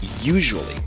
usually